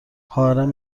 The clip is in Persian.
خواهرم